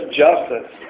justice